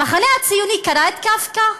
המחנה הציוני קרא את קפקא?